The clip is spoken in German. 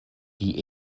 die